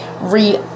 read